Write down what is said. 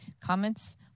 comments